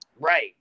Right